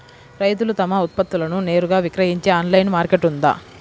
రైతులు తమ ఉత్పత్తులను నేరుగా విక్రయించే ఆన్లైను మార్కెట్ ఉందా?